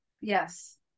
Yes